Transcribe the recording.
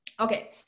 Okay